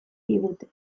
digute